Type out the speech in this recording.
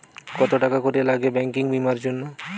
কত টাকা করে লাগে ব্যাঙ্কিং বিমার জন্য?